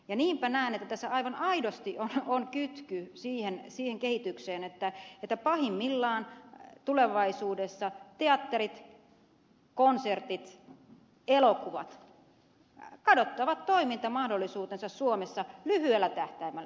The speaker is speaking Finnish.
niinpä näen että tässä aivan aidosti on kytky siihen kehitykseen että pahimmillaan tulevaisuudessa teatterit konsertit ja elokuvat kadottavat toimintamahdollisuutensa suomessa lyhyellä tähtäimellä